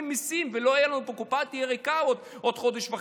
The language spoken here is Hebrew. מיסים ושהקופה תהיה ריקה עוד חודש וחצי.